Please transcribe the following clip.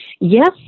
Yes